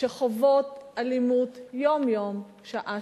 שחוות אלימות יום-יום, שעה-שעה,